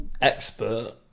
expert